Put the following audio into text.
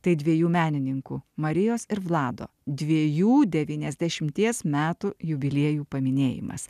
tai dviejų menininkų marijos ir vlado dviejų devyniasdešimties metų jubiliejų paminėjimas